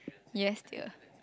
yes dear